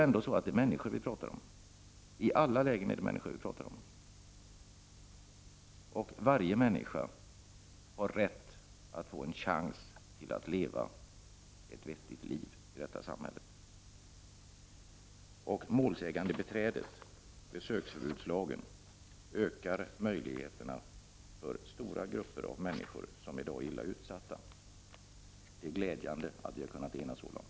I alla lägen är det ju ändå människor vi pratar om, och varje människa har rätt att få en chans att leva ett vettigt liv i detta samhälle. Målsägandebiträdet och besöksförbudslagen ökar möjligheterna för stora grupper av människor som i dag är illa utsatta. Det är glädjande att vi har kunnat enas så långt.